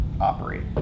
operate